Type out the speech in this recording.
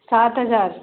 सात हज़ार